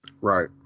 Right